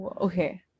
okay